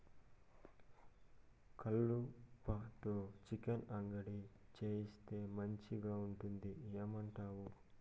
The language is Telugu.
కలుపతో చికెన్ అంగడి చేయిస్తే మంచిగుంటది ఏమంటావు